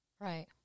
Right